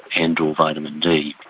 and or vitamin d.